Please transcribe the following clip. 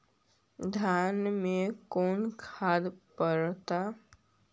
धान मे कोन खाद पड़तै?